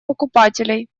покупателей